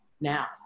now